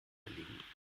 belegen